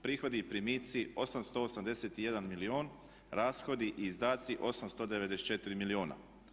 Prihodi i primici 881 milijuna, rashodi i izdaci 894 milijuna.